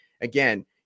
again